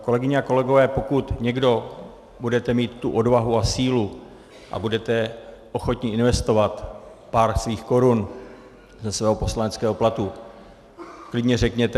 Kolegyně a kolegové, pokud někdo budete mít tu odvahu a sílu a budete ochotni investovat pár svých korun ze svého poslaneckého platu, klidně řekněte.